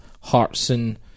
Hartson